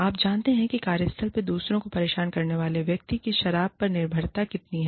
आप जानते हैं कि कार्यस्थल में दूसरों को परेशान करने वाले व्यक्ति की शराब पर निर्भरता कितनी है